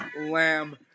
lamb